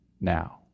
now